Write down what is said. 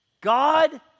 God